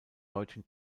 deutschen